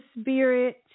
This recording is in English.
Spirit